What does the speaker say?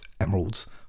emeralds